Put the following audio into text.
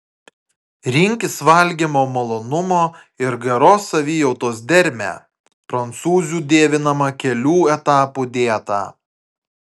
rinkis valgymo malonumo ir geros savijautos dermę prancūzių dievinamą kelių etapų dietą